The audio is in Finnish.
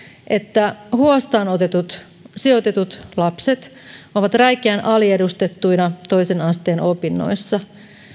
että huostaan otetut sijoitetut lapset ovat räikeän aliedustettuina toisen asteen opinnoissa